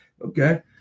Okay